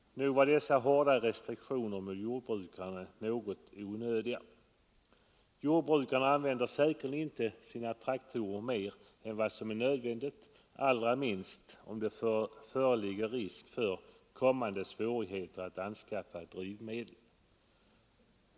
Nog var dessa hårda restriktioner mot jordbrukarna något onödiga! Jordbrukarna använder säkerligen inte sina traktorer mer än vad som är nödvändigt, allra minst om det föreligger risk för kommande svårigheter att anskaffa drivmedel.